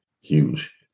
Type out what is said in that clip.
huge